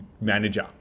manager